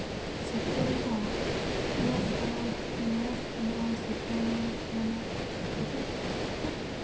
ᱥᱤᱛᱩᱝ ᱦᱚᱸ ᱱᱮᱥ ᱪᱟᱞᱟᱣᱮᱱ ᱱᱮᱥ ᱱᱚᱜᱼᱚᱭ ᱥᱤᱛᱩᱝ ᱢᱟᱱᱮ ᱠᱷᱩᱵ